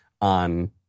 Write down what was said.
on